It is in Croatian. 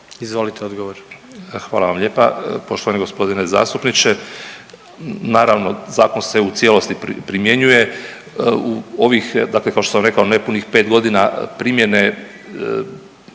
**Katić, Žarko** Hvala vam lijepa poštovani gospodine zastupniče. Naravno zakon se u cijelosti primjenjuje. U ovih dakle kao što sam rekao nepunih 5 godina primjene,